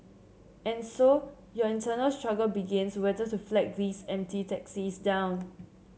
and so your internal struggle begins whether to flag these empty taxis down